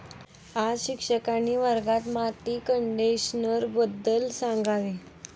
आज शिक्षकांनी वर्गात माती कंडिशनरबद्दल सांगावे